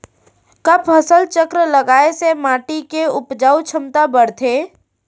का फसल चक्र लगाय से माटी के उपजाऊ क्षमता बढ़थे?